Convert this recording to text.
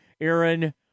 Aaron